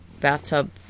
bathtub